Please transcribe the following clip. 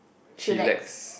chillax